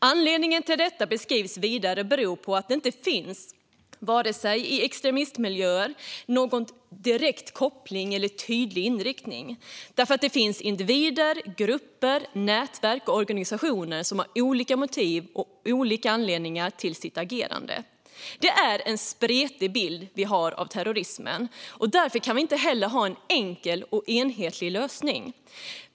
Anledningen anses vara att det i extremistmiljöer inte finns en direkt koppling eller tydlig inriktning. Det finns individer, grupper, nätverk och organisationer med olika motiv och olika anledningar till sitt agerande. Det är en spretig bild av terrorismen, och därför finns inte heller en enkel och enhetlig lösning.